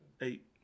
Eight